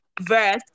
verse